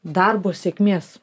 darbo sėkmės